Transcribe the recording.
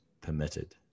permitted